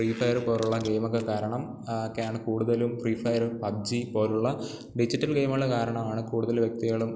free Fire പോലെയുള്ള ഗെയിമൊക്കെ കാരണം ഒക്കെയാണ് കൂടുതലും ഫ്രീ ഫയർ പബ് ജി പോലെയുള്ള ഡിജിറ്റൽ ഗെയിമുകൾ കാരണമാണ് കൂടുതൽ വ്യക്തികളും